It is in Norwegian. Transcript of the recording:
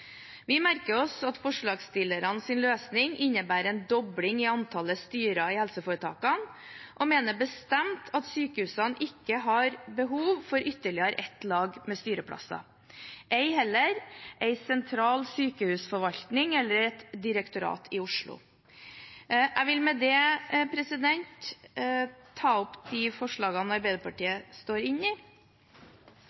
Vi merker oss at forslagsstillernes løsning innebærer en dobling i antallet styrer i helseforetakene, og mener bestemt at sykehusene ikke har behov for ytterligere et lag med styreplasser, ei heller en sentral sykehusforvaltning eller et direktorat i Oslo. Jeg tror alle i denne salen deler ambisjonen om at vi skal skape den helsetjenesten som er best for pasienten. Det